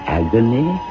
agony